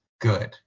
good